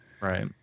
Right